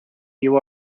you